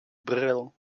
bril